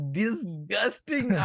disgusting